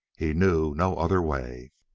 he knew no other way.